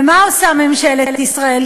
ומה עושה ממשלת ישראל,